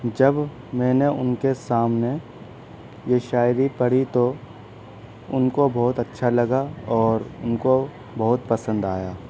جب میں نے ان کے سامنے یہ شاعری پڑھی تو ان کو بہت اچّھا لگا اور ان کو بہت پسند آیا